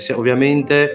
ovviamente